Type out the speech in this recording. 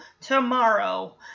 tomorrow